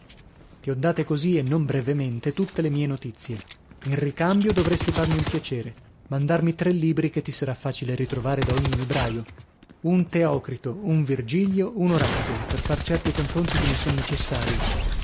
ti ho date così e non brevemente tutte le mie notizie in ricambio dovresti farmi un piacere mandarmi tre libri che ti sarà facile ritrovare da ogni libraio un teocrito un virgilio un orazio per far certi confronti che mi son necessarii